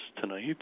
tonight